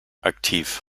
aktiv